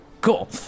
Cool